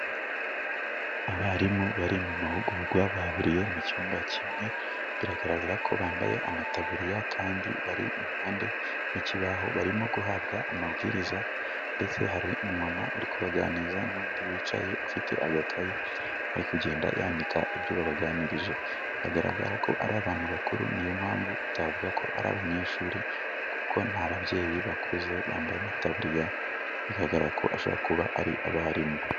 Abarimu bari mu mahugurwa bahuriye mu cyumba kimwe, bigaragara ko bambaye amataburiya kandi bari impande y'ikibaho, barimo guhabwa amabwiriza ndetse hari umumama uri kubaganiriza n'undi wicaye ufite agakayi, ari kugenda yandika ibyo babaganirije. Biragaragara ko ari abantu bakuru niyo mpamvu utavuga ko ari abanyeshuri kuko ni ababyeyi bakuze, bambaye amataburiya bigaragara ko ashobora kuba ari abarimu.